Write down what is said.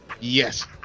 Yes